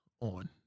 on